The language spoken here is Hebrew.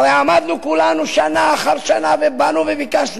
הרי עמדנו כולנו שנה אחר שנה ובאנו וביקשנו.